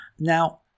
Now